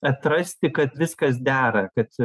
atrasti kad viskas dera kad